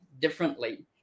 differently